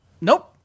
Nope